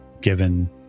given